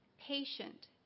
patient